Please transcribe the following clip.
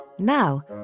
Now